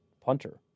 punter